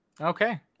okay